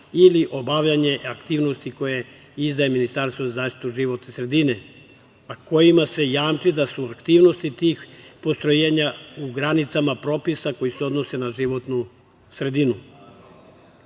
ili obavljanje aktivnosti koje izdaje Ministarstvo za zaštitu životne sredine, a kojima se jamči da su aktivnosti tih postrojenja u granicama propisa koji se odnose na životnu